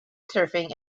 surfing